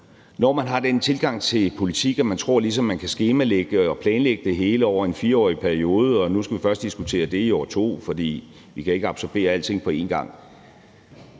når man har den tilgang til politik, at man tror, man ligesom kan skemalægge og planlægge det hele over en 4-årig periode og siger, at nu skal man først diskutere det her i år to af perioden, fordi vi ikke kan absorbere alting på en gang,